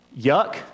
Yuck